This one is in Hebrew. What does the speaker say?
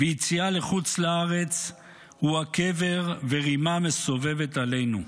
ויציאה לחוץ לארץ הוא הקבר ורימה מסובבת עלינו.